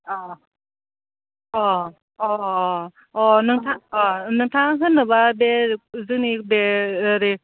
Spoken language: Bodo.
अ अ अ अ अ नोंथाङा अ नोंथाङा होनोब्ला बे जोंनि बे ओरै